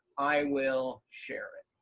i will share it.